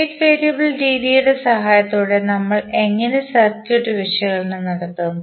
state variable രീതികളുടെ സഹായത്തോടെ നമ്മൾ എങ്ങനെ സർക്യൂട്ട് വിശകലനം നടത്തും